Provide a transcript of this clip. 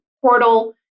portal